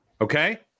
Okay